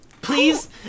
Please